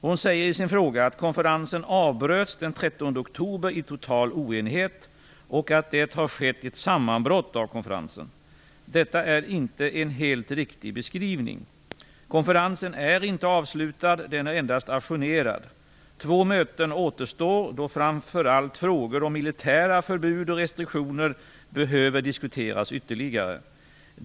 Hon säger i sin fråga att konferensen avbröts den 13 oktober i total oenighet och att det har skett ett sammanbrott av konferensen. Detta är inte en helt riktig beskrivning. Konferensen är inte avslutad. Den är endast ajournerad. Två möten återstår, då framför allt frågor om militära förbud och restriktioner behöver diskuteras ytterligare.